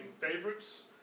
favorites